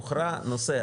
הוכרע הנושא,